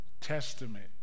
Testament